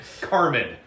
carmen